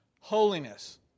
holiness